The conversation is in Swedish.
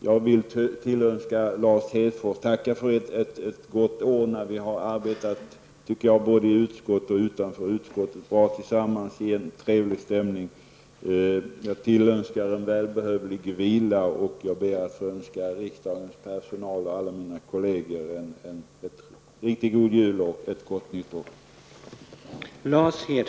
Jag vill tacka Lars Hedfors för ett gott år under vilket vi både i och utanför utskottet har arbetat bra tillsammans i en trevlig stämning. Jag tillönskar en välbehövlig vila och ber att få önska riksdagens personal och alla mina kollegor en riktigt God Jul och ett Gott Nytt